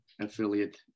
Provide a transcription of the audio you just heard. affiliate